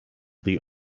the